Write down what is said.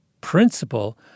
principle